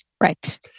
Right